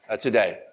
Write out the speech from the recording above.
today